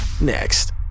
next